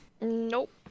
Nope